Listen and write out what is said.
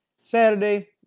Saturday